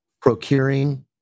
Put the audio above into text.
procuring